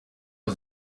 aho